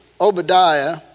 Obadiah